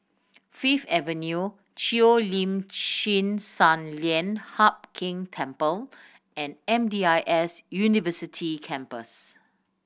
Fifth Avenue Cheo Lim Chin Sun Lian Hup Keng Temple and M D I S University Campus